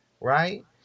right